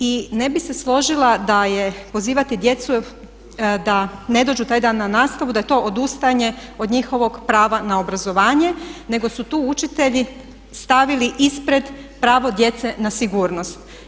I ne bih se složila da je pozivati djecu da ne dođu taj dan na nastavu, da je to odustajanje od njihovog prava na obrazovanje, nego su tu učitelji stavili ispred pravo djece na sigurnost.